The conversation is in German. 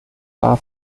war